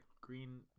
green